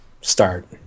start